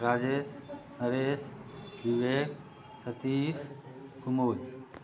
Rajesh Naresh Vivek Ashish Pramod